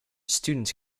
students